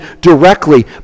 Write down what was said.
directly